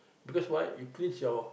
because why you cleanse your